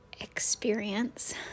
experience